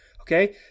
Okay